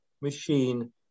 machine